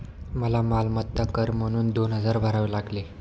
मला मालमत्ता कर म्हणून दोन हजार भरावे लागले